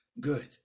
good